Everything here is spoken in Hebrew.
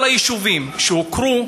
כל היישובים שהוכרו,